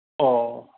अ